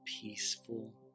peaceful